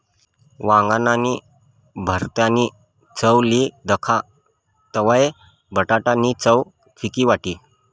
वांगाना भरीतनी चव ली दखा तवयं बटाटा नी चव फिकी वाटी